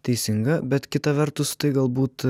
teisinga bet kita vertus tai galbūt